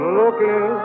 looking